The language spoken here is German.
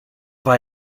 war